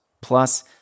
Plus